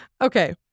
Okay